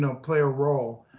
um play a role.